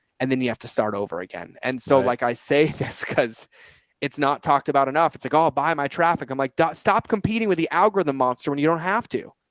and then you have to start over again. and so, like i say this because it's not talked about enough, it's like all by my traffic, i'm like stop competing with the algorithm monster when you don't have to